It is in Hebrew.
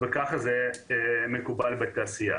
למוסדות האקדמיים לשלוט בדברים האלה ולעשות את זה.